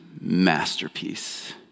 masterpiece